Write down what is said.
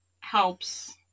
helps